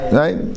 right